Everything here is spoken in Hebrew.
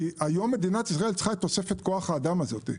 כי מדינת ישראל היום צריכה את תוספת כוח האדם הזאת.